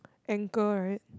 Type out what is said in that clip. ankle right